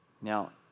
Now